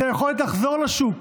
את היכולת לחזור לשוק,